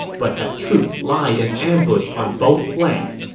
but have troops lie in ambush on both flanks.